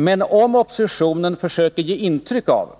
Men om oppositionen försöker ge intryck av